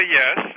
yes